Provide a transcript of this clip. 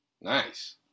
Nice